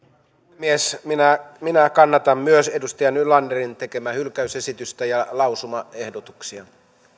puhemies minä myös kannatan edustaja nylanderin tekemää hylkäysesitystä ja lausumaehdotuksia